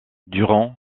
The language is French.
durant